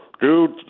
dude